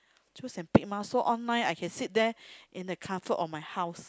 choose and pick ma so online I can sit there in the comfort of my house